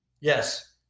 Yes